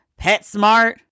PetSmart